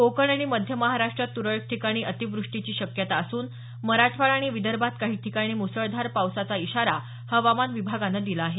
कोकण आणि मध्य महाराष्ट्रात तुरळक ठिकाणी अतिवृष्टीची शक्यता असून मराठवाडा आणि विदर्भात काही ठिकाणी मुसळधार पावसाचा इशारा हवामान विभागानं दिला आहे